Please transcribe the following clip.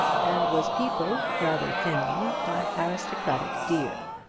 and was peopled, rather thinly, by aristocratic deer.